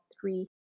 three